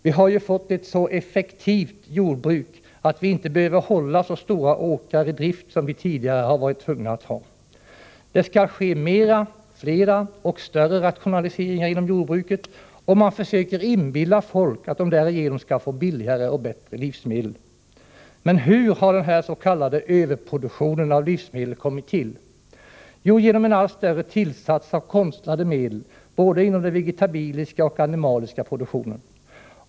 Vi har ju fått ett så ”effektivt” jordbruk att vi inte behöver hålla så stora åkrar i drift som vi tidigare varit tvungna att ha. Det skall ske mera. Det skall vara flera och större rationaliseringar inom jordbruket, och man försöker inbilla folk att de därigenom skall få billigare och bättre livsmedel. Men hur har den här s.k. överproduktionen av livsmedel kommit till? Jo, genom en allt större tillsats av konstlade medel när det gäller både den vegetabiliska och den animaliska produktionen.